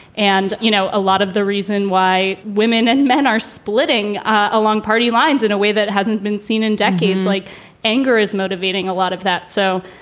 and, you know, a lot of the reason why women and men are splitting along party lines in a way that hasn't been seen in decades, like anger is motivating a lot of that. so,